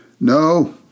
No